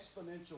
exponential